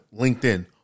LinkedIn